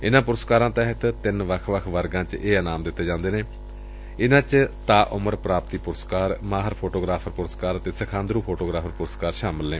ਇਨਾਂ ਪੁਰਸਕਾਰਾਂ ਤਹਿਤ ਤਿੰਨ ਵੱਖ ਵੱਖ ਵਰਗਾਂ ਚ ਇਹ ਇਨਾਮ ਦਿੱਤੇ ਜਾਂਦੇ ਨੇ ਜਿਨਾਂ ਚ ਤਾਅ ਉਮਰ ਪ੍ਰਾਪਤੀ ਪੁਰਸਕਾਰ ਮਾਹਿਰ ਫੋਟੋਗਰਾਫ਼ਰ ਪੁਰਸਕਾਰ ਅਤੇ ਸਿਖਾਦਰੂ ਫੋਟੋਗਰਾਫਰ ਪੁਰਸਕਾਰ ਸ਼ਾਮਲ ਨੇ